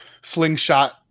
slingshot